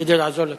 כדי לעזור לכם.